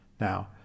Now